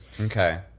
Okay